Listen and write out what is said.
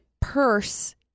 purse